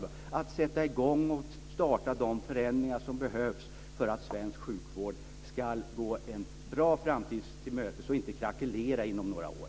Det gäller att sätta i gång och starta de förändringar som behövs för att svensk sjukvård ska gå en bra framtid till mötes och inte krakelera inom några år.